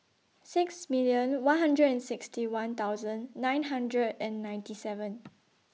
six million one hundred and sixty one thousand nine hundred and ninety seven